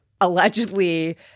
allegedly –